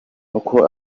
uko